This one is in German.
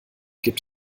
gibt